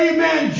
Amen